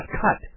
cut